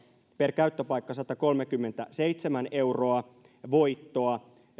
per käyttöpaikka satakolmekymmentäseitsemän euroa voittoa